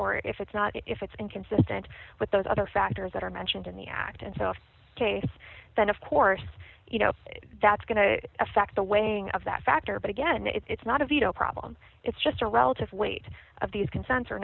or if it's not if it's inconsistent with those other factors that are mentioned in the act itself case then of course you know that's going to affect the weighing of that factor but again it's not a veto problem it's just a relative weight of these consents or